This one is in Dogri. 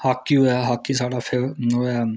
हॉकी होऐ हॉकी साढ़ा फेवरेट ओह् ऐ